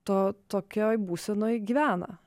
to tokioj būsenoj gyvena